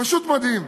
פשוט מדהים.